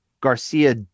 Garcia